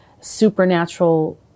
supernatural